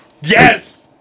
Yes